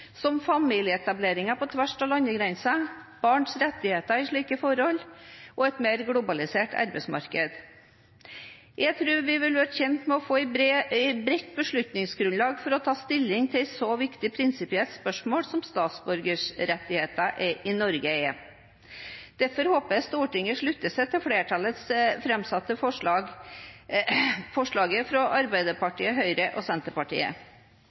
som familieetableringer på tvers av landegrensene, barns rettigheter i slike forhold og et mer globalisert arbeidsmarked. Jeg tror vi vil være tjent med å få et bredt beslutningsgrunnlag for å ta stilling til et så viktig prinsipielt spørsmål som statsborgerrettigheter i Norge er. Derfor håper jeg Stortinget slutter seg til flertallets framsatte forslag til vedtak I fra Arbeiderpartiet, Høyre og Senterpartiet.